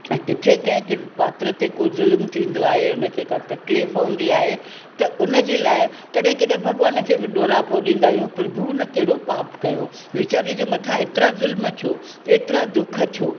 ऐं किथे कंहिं किरिदार पात्र ते को ज़ुल्म थींदो आहे हुनखे का तकलीफ़ हूंदी आहे त हुनजे लाइ कॾहिं कॾहिं भॻवान खे बि डोरा पो ॾींदा आहियूं प्रभु न कहिड़ो न पाप कयो वीचारे जे मथां एतिरा ज़ुल्म छो हेतिरा दुख छो